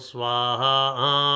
Swaha